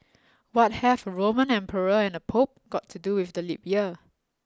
what have a Roman emperor and a Pope got to do with the leap year